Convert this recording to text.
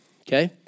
okay